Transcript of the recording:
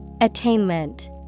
Attainment